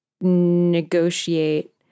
negotiate